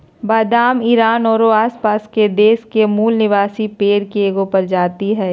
बादाम ईरान औरो आसपास के देश के मूल निवासी पेड़ के एगो प्रजाति हइ